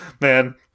Man